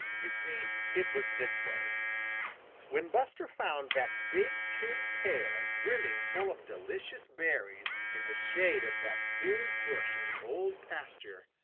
you see it was this way when buster found that big tin pail brimming full of delicious berries in the shade of that big bush in the old pasture,